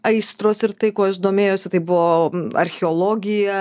aistros ir tai kuo aš domėjausi tai buvo archeologija